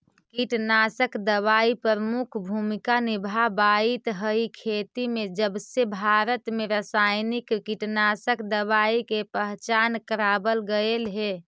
कीटनाशक दवाई प्रमुख भूमिका निभावाईत हई खेती में जबसे भारत में रसायनिक कीटनाशक दवाई के पहचान करावल गयल हे